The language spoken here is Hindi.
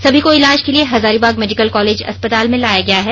सभी को इलाज के लिए हजारीबाग मेडिकल कॉलेज अस्पताल में लाया गया है